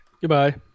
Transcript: Goodbye